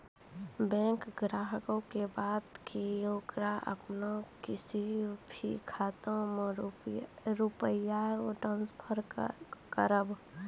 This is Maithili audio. बैंक ग्राहक के बात की येकरा आप किसी भी खाता मे रुपिया ट्रांसफर करबऽ?